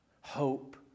hope